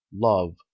Love